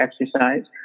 exercise